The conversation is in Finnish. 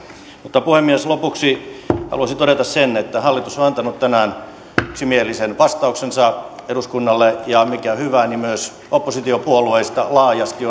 kasvaa puhemies lopuksi haluaisin todeta sen että hallitus on antanut tänään yksimielisen vastauksensa eduskunnalle ja mikä on hyvä on se että myös oppositiopuolueista laajasti